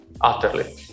utterly